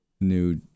new